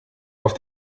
auf